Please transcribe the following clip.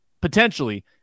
potentially